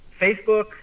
Facebook